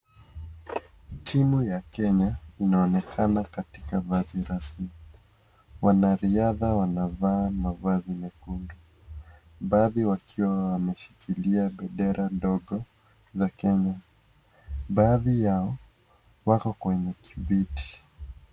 Timu ya Kenya inaonekana katika vazi rasmi. Wanaraidha wanavaa mavazi mekundu, baadhi wakiwa wameshikilia bendera ndogo za Kenya. Baadhi yao wako kwenye kibiti